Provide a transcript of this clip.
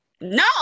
no